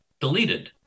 deleted